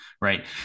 right